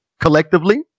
collectively